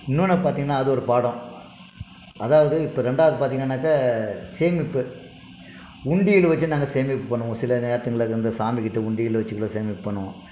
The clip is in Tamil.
இன்னொன்று பார்த்திங்ன்னா அது ஒரு பாடம் அதாவது இப்போ ரெண்டாவுது பார்த்திங்கன்னாக்கா சேமிப்பு உண்டியல் வச்சு நாங்கள் சேமிப்பு பண்ணுவோம் சில நேரத்துங்களில் இந்த சாமிகிட்ட உண்டியல் வச்சு கூட சேமிப்பு பண்ணுவோம்